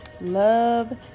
love